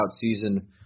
season